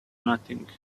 nothing